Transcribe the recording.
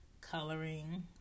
coloring